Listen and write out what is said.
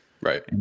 right